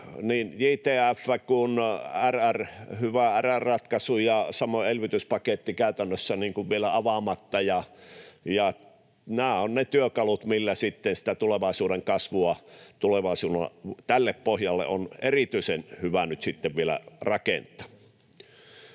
kuin hyvä RRF-ratkaisu ja samoin elvytyspaketti käytännössä vielä avaamatta, ja nämä ovat ne työkalut, millä sitten sitä tulevaisuuden kasvua tälle pohjalle on erityisen hyvä nyt